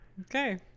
okay